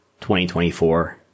2024